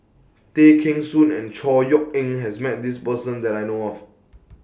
Tay Kheng Soon and Chor Yeok Eng has Met This Person that I know of